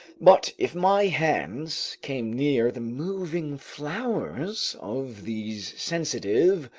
but if my hands came near the moving flowers of these sensitive,